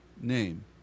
name